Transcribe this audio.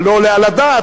זה לא עולה על הדעת,